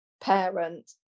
parent